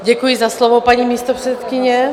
Děkuji za slovo, paní místopředsedkyně.